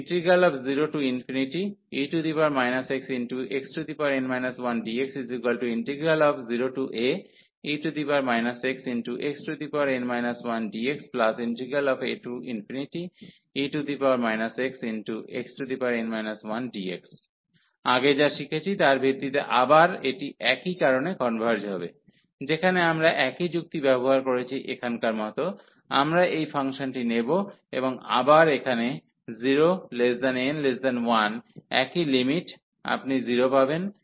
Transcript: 0e xxn 1dx0ae xxn 1dxae xxn 1dx আগে যা শিখেছি তার ভিত্তিতে আবার এটি একই কারণে কনভার্জ হবে যেখানে আমরা একই যুক্তি ব্যবহার করেছি এখানকার মত আমরা এই ফাংশনটি নেব এবং আবার এখানে 0n1 একই লিমিট আপনি 0 পাবেন